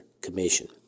commission